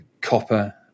Copper